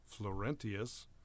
Florentius